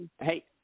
hey